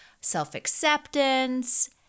self-acceptance